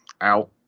out